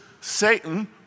Satan